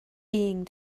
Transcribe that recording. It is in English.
being